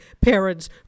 parents